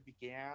began